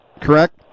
correct